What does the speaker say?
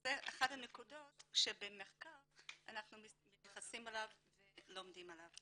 זה אחת הנקודות שאנחנו מתייחסים אליה במחקר ולומדים עליה.